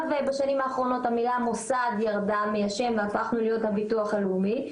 בשנים האחרונות המילה "מוסד" ירדה מהשם והפכנו להיות הביטוח הלאומי.